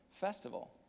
festival